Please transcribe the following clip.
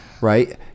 right